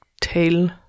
tail